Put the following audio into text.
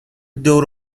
دور